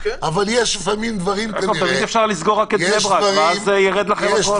תמיד אפשר לסגור רק את בני ברק, ואז ירד הכול.